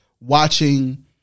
watching